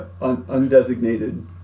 undesignated